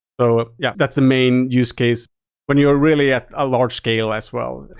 so yeah, that's the main use case when you really at a large scale as well.